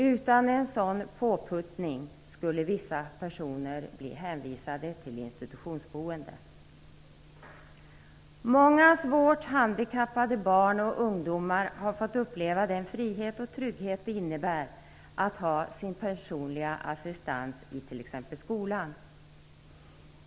Utan en sådan "påputtning" skulle många människor bli hänvisade till institutionsboende. Många svårt handikappade barn och ungdomar har fått uppleva den frihet och trygghet det innebär att ha sin personliga assistans i t.ex. skolan.